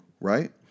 right